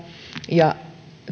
ja